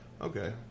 Okay